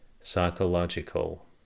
psychological